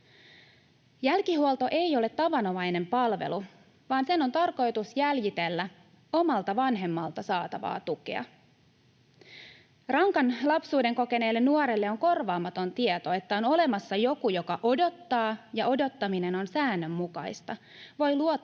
Jälkihuolto ei ole tavanomainen palvelu, vaan sen on tarkoitus jäljitellä omalta vanhemmalta saatavaa tukea. Rankan lapsuuden kokeneelle nuorelle on korvaamaton tieto, että on olemassa joku, joka odottaa, ja odottaminen on säännönmukaista. Voi luottaa,